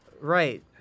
Right